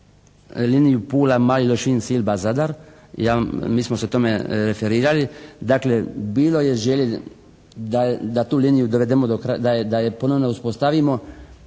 liniju Pula-Mali Lošinj-Silba-Zadar. Ja vam, mi smo se tome referirali. Dakle bilo je želje da tu liniju dovedemo do kraja, da je ponovno uspostavimo.